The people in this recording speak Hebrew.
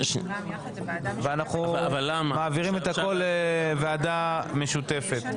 ואנחנו מעבירים את הכול לוועדה משותפת.